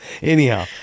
anyhow